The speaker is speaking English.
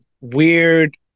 weird